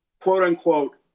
quote-unquote